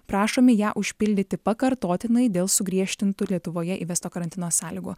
prašomi ją užpildyti pakartotinai dėl sugriežtintų lietuvoje įvesto karantino sąlygų